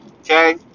Okay